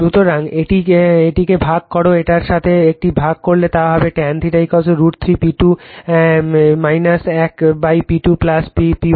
সুতরাং এটিকে ভাগ করো এটার সাথে এটা ভাগ করলে তা হবে tan θ √ 3 P2 এক P2 1